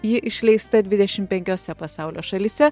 ji išleista dvidešim penkiose pasaulio šalyse